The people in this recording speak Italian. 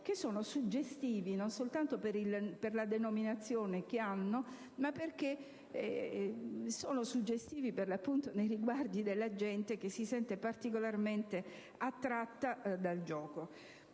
sono suggestivi, non soltanto per la denominazione che hanno, ma perché lo sono nei riguardi della gente che si sente particolarmente attratta dal gioco.